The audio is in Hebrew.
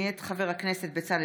מאת חבר הכנסת מכלוף מיקי זוהר,